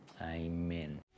Amen